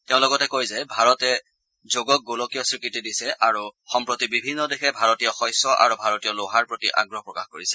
তেওঁ লগতে কয় যে ভাৰতে যোগক গোলকীয় স্বীকৃতি দিছে আৰু সম্প্ৰতি বিভিন্ন দেশে ভাৰতীয় সশ্য আৰু ভাৰতীয় লোহাৰ প্ৰতি আগ্ৰহ প্ৰকাশ কৰিছে